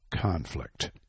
conflict